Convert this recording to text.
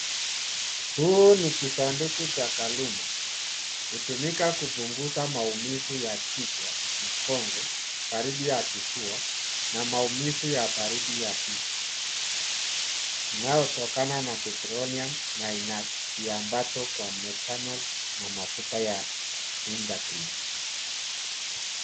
Huu ni kisanduku cha kaluma hutumika kupunguza maumivu ya kichwa mgongo baridi ya kifua na maumivu ya baridi ya pisi inayotokana na petroleum na ina viambato kwa methanol na mafuta ya intercream.